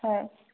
হয়